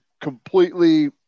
completely